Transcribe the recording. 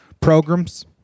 programs